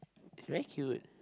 she very cute